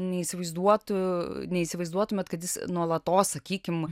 neįsivaizduotų neįsivaizduotumėt kad jis nuolatos sakykim